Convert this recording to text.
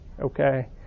Okay